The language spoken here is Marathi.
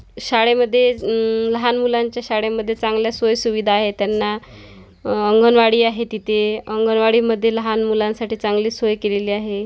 शाळेमध्ये लहान मुलांच्या शाळेमध्ये चांगल्या सोयीसुविधा आहेत त्यांना अंगणवाडी आहे तिथे अंगणवाडीमध्ये लहान मुलांसाठी चांगली सोय केलेली आहे